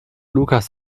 lukas